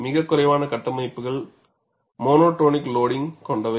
மிகக் குறைவான கட்டமைப்புகள் மோனோடோனிக் லோடிங்க் கொண்டவை